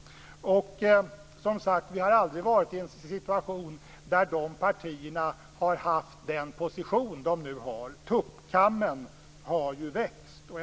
Vi har som sagt aldrig tidigare varit i den situationen att de här partierna har haft den position de nu har. Tuppkammen har ju växt.